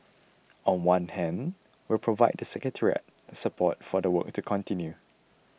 on one hand we'll provide the secretariat support for the work to continue